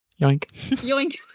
Yoink